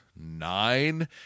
nine